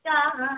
God